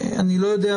אני לא יודע,